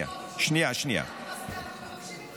אנחנו מבקשים ממך,